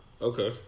Okay